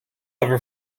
ever